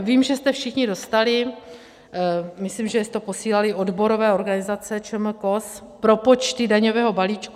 Vím, že jste všichni dostali, myslím, že to posílaly odborové organizace ČMKOS, propočty daňového balíčku.